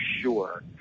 sure